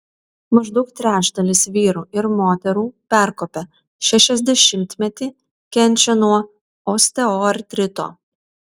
maždaug trečdalis vyrų ir moterų perkopę šešiasdešimtmetį kenčia nuo osteoartrito